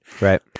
Right